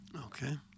okay